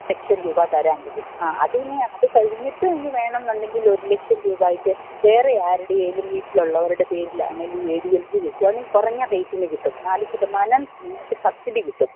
ലക്ഷം രൂപ തരാൻ പറ്റും ആ അതു കഴിഞ്ഞിട്ടുമിനി വേണമെന്നുണ്ടെങ്കിലൊരു ലക്ഷം രൂപയ്ക്കു വേറെ ആരുടെയെങ്കിലും വീട്ടിലുള്ളവരുടെ പേരിലാണെങ്കിലും ഏ ഡീ എൽ ജീ വെക്കുകയാണേ കുറഞ്ഞ റേറ്റിനു കിട്ടും നാല് ശതമാനം നിങ്ങൾക്ക് സബ്സിഡി കിട്ടും